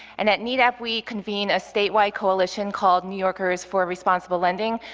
and at nedap, we convene a statewide coalition called new yorkers for responsible lending.